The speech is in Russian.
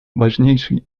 важнейший